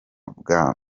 bwa